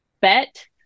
bet